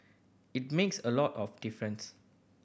it makes a lot of difference